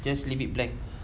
just leave it blank